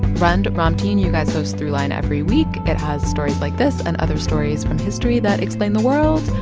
rund, ramtin, you guys host throughline every week. it has stories like this and other stories from history that explain the world.